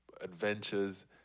adventures